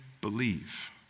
believe